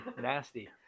nasty